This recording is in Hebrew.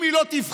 אם היא לא תבחר